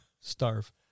Starve